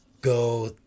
go